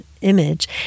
image